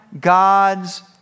God's